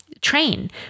train